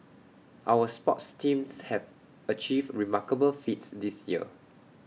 our sports teams have achieved remarkable feats this year